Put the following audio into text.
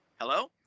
Hello